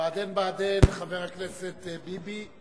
"בעדין בעדין" חבר הכנסת ביבי,